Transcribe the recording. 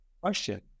question